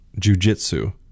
jujitsu